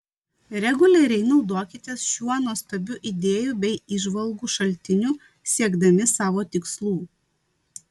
reguliariai naudokitės šiuo nuostabiu idėjų bei įžvalgų šaltiniu siekdami savo tikslų